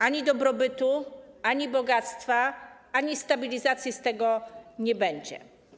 Ani dobrobytu, ani bogactwa, ani stabilizacji z tego nie będzie.